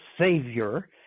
savior